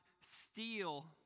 steal